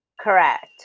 Correct